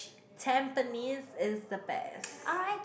Tampines is the best